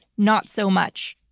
not so much.